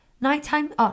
Nighttime